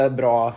bra